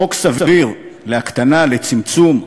חוק סביר להקטנה, לצמצום,